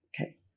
okay